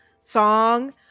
song